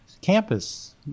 campus